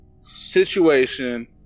situation